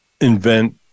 invent